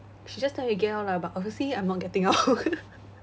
she just tell me to get out lah but obviously I'm not getting out